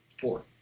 Four